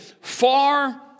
far